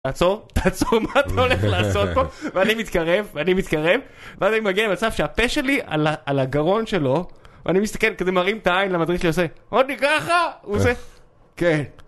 עצור, תעצור, מה אתה הולך לעשות פה, ואני מתקרב, ואני מתקרב, ואז אני מגיע למצב שהפה שלי על ה... על הגרון שלו, ואני מסתכל כזה מרים את העין למדריך שעושה, עוד לי ככה? הוא עושה, כן.